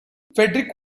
fedric